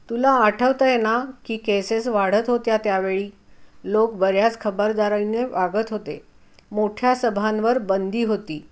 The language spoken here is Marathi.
तुला आठवतं आहे ना की केसेस वाढत होत्या त्यावेळी लोक बऱ्याच खबरदारीने वागत होते मोठ्या सभांवर बंदी होती